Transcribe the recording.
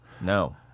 No